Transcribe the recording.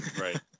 Right